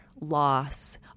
loss